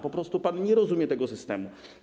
Po prostu pan nie rozumie tego systemu.